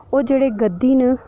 ओह् जेह्ड़े गद्दी न